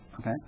Okay